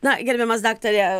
na gerbiamas daktare